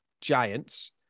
Giants